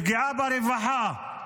לפגיעה ברווחה,